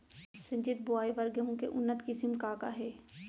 सिंचित बोआई बर गेहूँ के उन्नत किसिम का का हे??